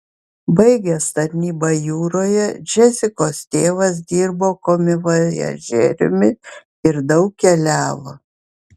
baigęs tarnybą jūroje džesikos tėvas dirbo komivojažieriumi ir daug keliavo